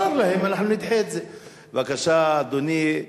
בבקשה, אדוני,